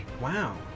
Wow